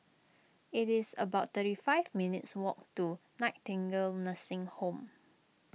it is about thirty five minutes' walk to Nightingale Nursing Home